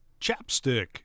chapstick